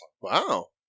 Wow